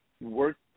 work